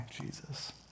Jesus